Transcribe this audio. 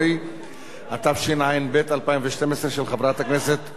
התשע"ב 2012, של חברת הכנסת זהבה גלאון.